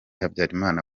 habyarimana